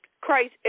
Christ